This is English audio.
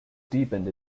deepened